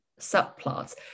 subplots